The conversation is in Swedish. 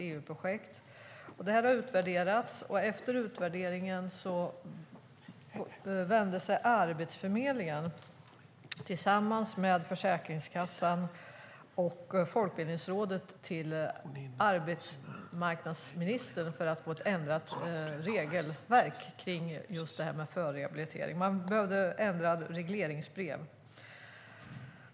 Det har utvärderats, och efter utvärderingen vände sig Arbetsförmedlingen tillsammans med Försäkringskassan och Folkbildningsrådet till arbetsmarknadsministern för att få ett ändrat regelverk om detta med förrehabilitering. Det behövde ändras i regleringsbrev.